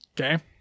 Okay